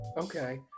Okay